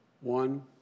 One